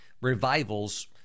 revivals